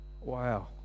wow